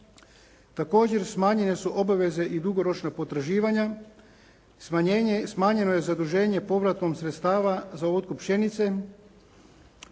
Također smanjene su obaveze i dugoročna potraživanja, smanjeno je zaduženje povratkom sredstava za otkup pšenice,